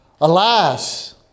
Alas